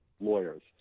lawyers